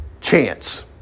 Chance